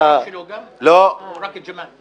-- אתה שואל אותו --- או רק את ג'מאל?